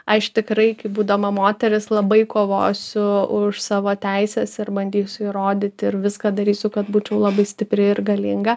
aš tikrai kai būdama moteris labai kovosiu už savo teises ir bandysiu įrodyti ir viską darysiu kad būčiau labai stipri ir galinga